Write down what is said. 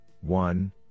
one